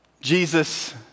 Jesus